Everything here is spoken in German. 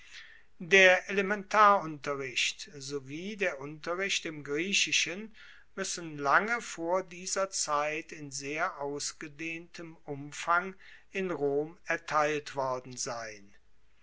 der elementarunterricht sowie der unterricht im griechischen muessen lange vor dieser zeit in sehr ausgedehntem umfang in rom erteilt worden sein